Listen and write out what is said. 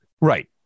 Right